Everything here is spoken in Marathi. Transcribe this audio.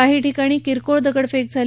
काही ठिकाणी किरकोळ दगडफेक झाली